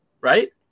right